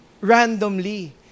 randomly